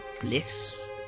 bliss